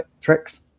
tricks